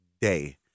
day